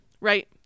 Right